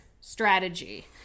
strategy